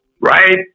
Right